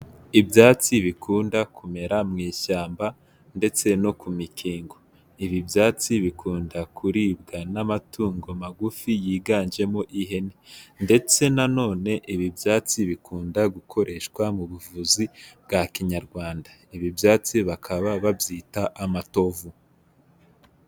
Ibyatsi bikunda kumera mu ishyamba ndetse no ku mikingo, ibi byatsi bikunda kuribwa n'amatungo magufi, yiganjemo ihene ndetse na none ibi byatsi bikunda gukoreshwa mu buvuzi bwa kinyarwanda, ibi byatsi bakaba babyita amatovu.